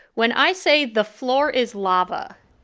when i say the floor is lava,